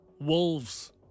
Wolves